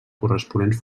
corresponents